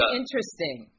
interesting